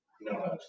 No